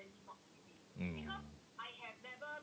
mm